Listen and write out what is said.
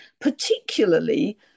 particularly